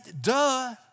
duh